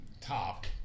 top